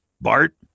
Bart